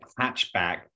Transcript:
hatchback